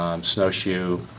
snowshoe